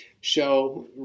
show